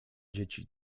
dzieci